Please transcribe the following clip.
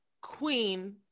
queen